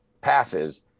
passes